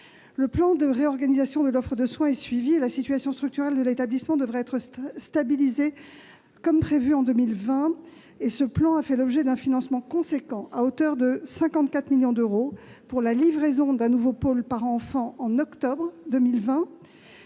Le plan de réorganisation de l'offre de soins est suivi et la situation structurelle de l'établissement devrait être stabilisée, comme prévu, en 2020. Ce plan a fait l'objet d'un financement important, à hauteur de 54 millions d'euros, pour la livraison d'un nouveau pôle parents-enfants en octobre 2020